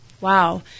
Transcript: Wow